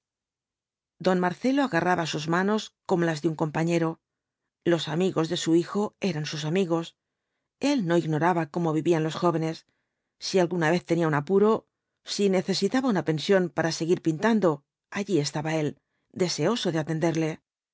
don marcelo agarraba sus manos como las de un compañero los amigos de su hijo eran sus amigos el no ignoraba cómo vivían los jóvenes si alguna vez tenía un apuro si necesitaba una pensión para seguir pintando allí estaba él deseoso de atenderle